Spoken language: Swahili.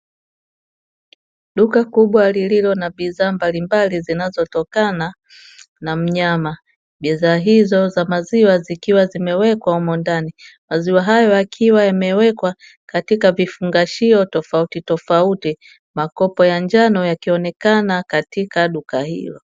Duka kubwa lililo na bidhaa mbalimbali zinazotokana na mnyama. Bidhaa hizo za maziwa zikiwa zimewekwa humo ndani, maziwa hayo yakiwa yamewekwa katika vifungashio tofauti tofauti. Makopo ya njano yakionekana katika duka hilo.